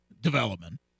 development